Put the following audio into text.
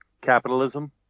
capitalism